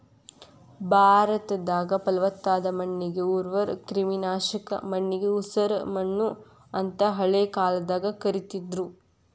ಭಾರತದಾಗ, ಪಲವತ್ತಾದ ಮಣ್ಣಿಗೆ ಉರ್ವರ, ಕ್ರಿಮಿನಾಶಕ ಮಣ್ಣಿಗೆ ಉಸರಮಣ್ಣು ಅಂತ ಹಳೆ ಕಾಲದಾಗ ಕರೇತಿದ್ರು